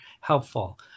helpful